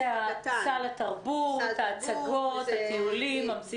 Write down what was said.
זה סל התרבות, ההצגות, הטיולים, המסיבות.